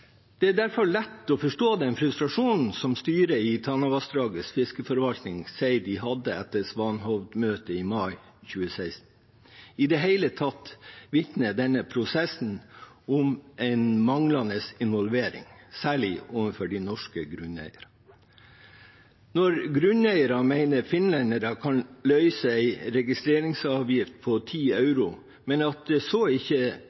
Det er derfor lett å forstå den frustrasjonen som styret i Tanavassdragets fiskeforvaltning sier at de hadde etter Svanhovd-møtet i mai 2016. Denne prosessen vitner i det hele tatt om en manglende involvering, særlig av de norske grunneierne. Når grunneiere mener finnene kan løse en registreringsavgift på 10 euro, og at det så ikke